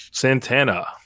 Santana